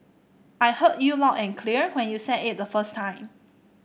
I heard you loud and clear when you said it the first time